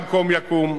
גם הוא קום יקום.